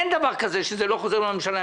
אין דבר כזה שזה לא חוזר לממשלה.